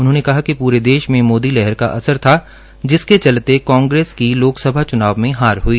उन्होंने कहा कि पूरे देश में मोदी लहर का असर था जिसके चलते कांग्रेस की लोकसभा चुनाव में हार हुई